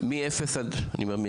עד גיל